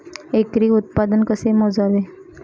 एकरी उत्पादन कसे मोजावे?